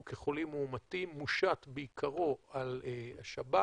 כחולים מאומתים מושת בעיקרו על השב"כ,